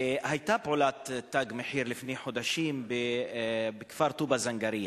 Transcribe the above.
היתה פעולת "תג מחיר" לפני חודשים בכפר טובא זנגרייה.